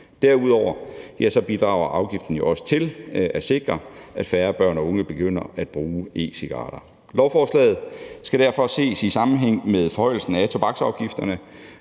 Derudover bidrager afgiften jo også til at sikre, at færre børn og unge begynder at ryge e-cigaretter. Lovforslaget skal derfor ses i sammenhæng med forhøjelsen af tobaksafgifterne